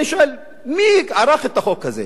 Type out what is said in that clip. אני שואל: מי ערך את החוק הזה?